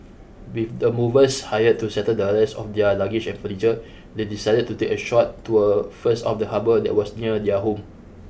with the movers hired to settle the rest of their luggage and furniture they decided to take a short tour first of the harbour that was near their home